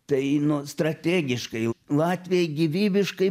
tai no strategiškai latvijai gyvybiškai